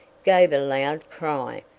gave a loud cry,